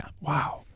Wow